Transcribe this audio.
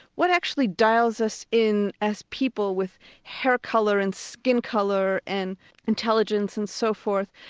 what actually dials us in as people with hair colour, and skin colour, and intelligence and so forth.